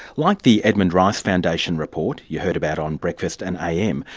like the edmund rice foundation report you heard about on breakfast and am,